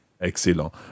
Excellent